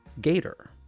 Gator